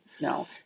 No